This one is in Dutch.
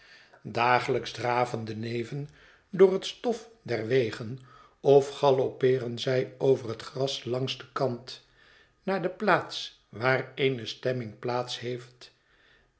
dagelijks draven de neven door het stof der wegen of galoppeeren zij over het gras langs den kant naar de plaats waar eene stemming plaats heeft